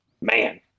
man